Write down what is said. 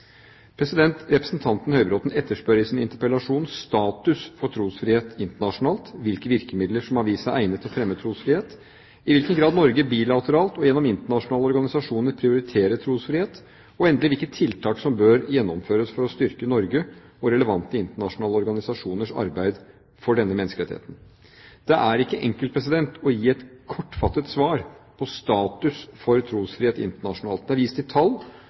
Representanten Høybråten etterspør i sin interpellasjon status for trosfrihet internasjonalt, hvilke virkemidler som har vist seg egnet til å fremme trosfrihet, i hvilken grad Norge bilateralt og gjennom internasjonale organisasjoner prioriterer trosfrihet, og endelig hvilke tiltak som bør gjennomføres for å styrke Norges og relevante internasjonale organisasjoners arbeid for denne menneskerettigheten. Det er ikke enkelt å gi et kortfattet svar på status for trosfrihet internasjonalt. Det er vist til tall